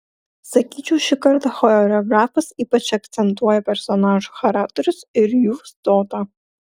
sakyčiau šį kartą choreografas ypač akcentuoja personažų charakterius ir jų stotą